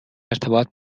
ارتباط